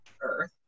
Earth